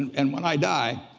and when i die